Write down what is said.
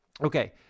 okay